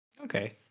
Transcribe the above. Okay